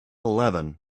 eleven